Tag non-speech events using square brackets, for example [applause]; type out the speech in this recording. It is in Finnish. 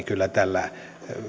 [unintelligible] kyllä tällä